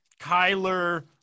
Kyler –